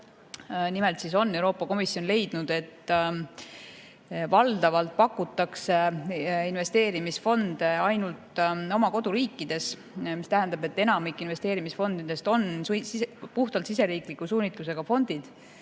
Nimelt on Euroopa Komisjon leidnud, et valdavalt pakutakse investeerimisfonde ainult oma koduriigis, mis tähendab, et enamik investeerimisfondidest on puhtalt siseriikliku suunitlusega fondid.